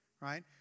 right